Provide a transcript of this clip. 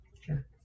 Sure